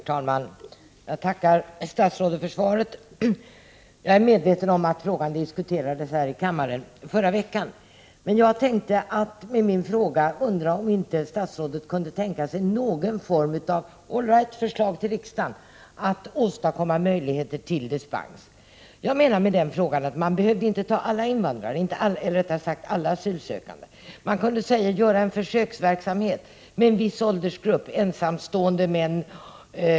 Herr talman! Jag tackar statsrådet för svaret. Jag är medveten om att frågan diskuterades här i kammaren förra veckan. Jag vill fråga om inte statsrådet kunde tänka sig någon form av förslag till riksdagen, om det måste bli det, för att åstadkomma möjligheter till dispens. Inte alla asylsökande behöver få dispens. Man kunde börja med en 101 försöksverksamhet inom en viss grupp, t.ex. ensamstående män.